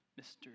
Mr